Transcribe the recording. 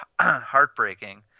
heartbreaking